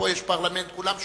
פה יש פרלמנט, כולם שומעים,